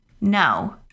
no